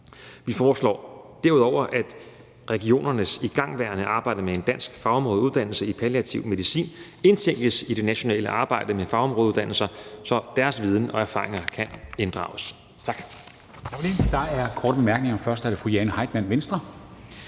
Vi foreslår derudover, at regionernes igangværende arbejde med en dansk fagområdeuddannelse i palliativ medicin indtænkes i det nationale arbejde med fagområdeuddannelser, så deres viden og erfaringer kan inddrages. Tak.